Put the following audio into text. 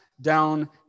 down